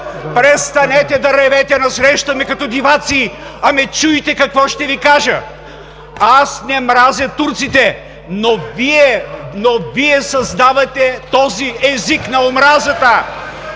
Престанете да ревете насреща ми като диваци, а ме чуйте какво ще Ви кажа. Аз не мразя турците, но Вие създавате този език на омразата.